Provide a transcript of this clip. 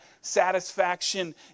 satisfaction